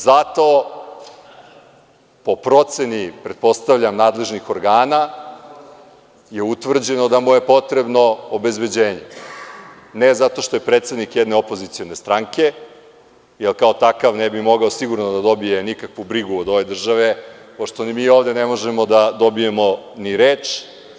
Zato, po proceni, pretpostavljam, nadležnih organa je utvrđeno da mu je potrebno obezbeđenje, ne zato što predsednik jedne opozicione stranke, jer kao takav ne bi mogao sigurno da dobije nikakvu brigu od ove države, pošto ni mi ovde ne može da dobijemo ni reč.